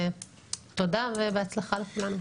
תודה ובהצלחה לכולנו.